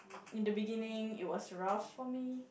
in the beginning it was rough for me